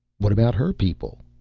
what about her people?